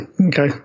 okay